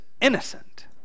innocent